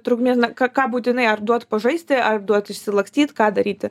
trukmės na ką ką būtinai ar duot pažaisti ar duot išsilakstyti ką daryti